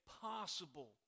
possible